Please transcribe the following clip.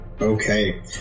Okay